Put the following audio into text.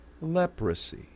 leprosy